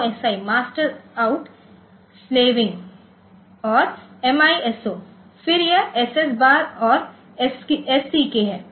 MOSI master out slave in है और MISO फिर यह SS बार और SCK है